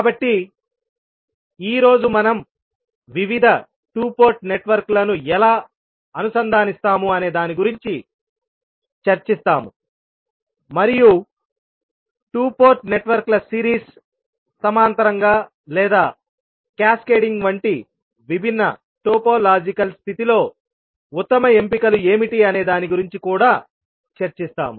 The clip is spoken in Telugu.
కాబట్టి ఈ రోజు మనం వివిధ 2 పోర్ట్ నెట్వర్క్లను ఎలా అనుసంధానిస్తాము అనే దాని గురించి చర్చిస్తాము మరియు 2 పోర్ట్ నెట్వర్క్ల సిరీస్ సమాంతరంగా లేదా క్యాస్కేడింగ్ వంటి విభిన్న టోపోలాజికల్ స్థితిలో ఉత్తమ ఎంపికలు ఏమిటి అనే దాని గురించి కూడా చర్చిస్తాము